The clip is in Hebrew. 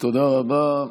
תודה רבה.